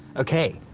okay.